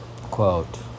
Quote